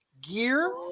gear